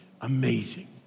amazing